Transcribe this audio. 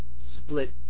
split